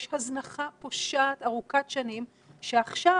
יש הזנחה פושעת ארוכת שנים שעכשיו